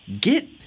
Get